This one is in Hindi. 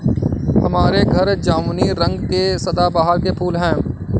हमारे घर जामुनी रंग के सदाबहार के फूल हैं